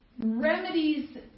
Remedies